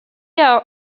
are